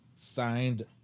signed